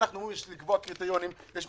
כולל על רשות המיסים.